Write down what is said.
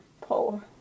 pull